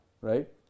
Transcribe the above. right